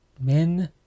Men